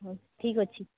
ହଉ ଠିକ୍ ଅଛି